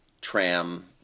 tram